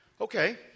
Okay